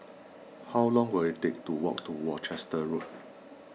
how long will it take to walk to Worcester Road